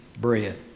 bread